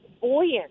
buoyant